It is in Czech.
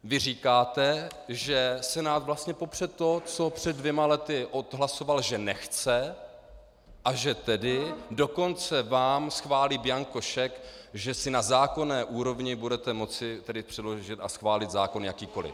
Vy říkáte, že Senát vlastně popře to, co před dvěma lety odhlasoval, že nechce, a že tedy dokonce vám schválí bianco šek, že si na zákonné úrovni budete moci tedy předložit a schválit zákon jakýkoli.